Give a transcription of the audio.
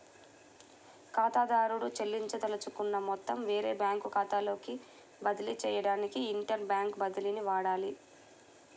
ఖాతాదారుడు చెల్లించదలుచుకున్న మొత్తం వేరే బ్యాంకు ఖాతాలోకి బదిలీ చేయడానికి ఇంటర్ బ్యాంక్ బదిలీని వాడాలి